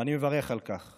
ואני מברך על כך.